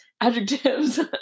adjectives